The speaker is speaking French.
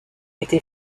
été